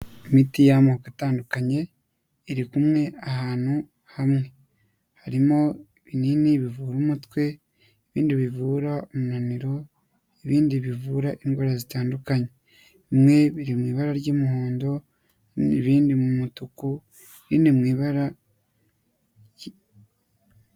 Imiti y'amoko atandukanye irikumwe ahantu hamwe harimo ibinnii bivura umutwe ibindi bivura umunaniro ibindi bivura indwara zitandukanye bimwe biri mu ibara ry'umuhondo n'ibindi mu mutuku, ibindi mu ibara.